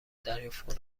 دریافت